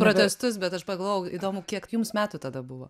protestus bet aš pagalvojau įdomu kiek jums metų tada buvo